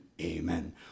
Amen